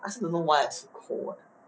I also don't know why I'm so 抠 eh